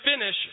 finish